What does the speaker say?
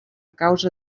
causa